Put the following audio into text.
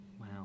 Wow